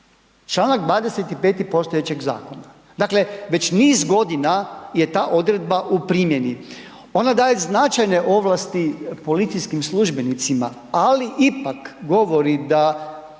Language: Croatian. čl. 25. postojećeg zakona, dakle već niz godina je ta odredba u primjeni, ona daje značajne ovlasti policijskim službenicima, ali ipak govori da,